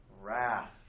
Wrath